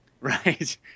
Right